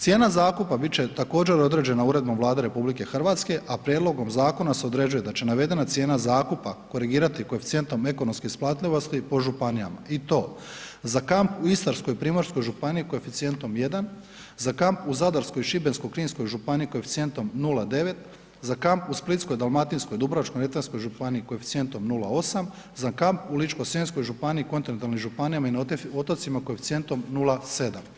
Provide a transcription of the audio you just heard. Cijena zakupa bit će također određena uredbom Vlade RH, a prijedlog zakona se određuje da će navedena cijena zakupa korigirati koeficijentom ekonomske isplativosti po županijama i to, za kamp u Istarsko-primorsko županiji koeficijentom 1, za kamp u Zadarskoj i Šibensko-kninskoj županiji koeficijentom 0,9, za kamp u Splitsko-dalmatinskoj, Dubrovačko-neretvanskoj županiji koeficijentom 0,8, za kamp u Ličko-senjskoj županiji i kontinentalnim županija i na otocima koeficijentom 0,7.